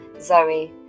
Zoe